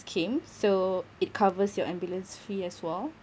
came so it covers your ambulance fee as well